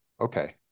okay